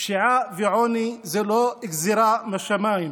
פשיעה ועוני הם לא גזרה משמיים,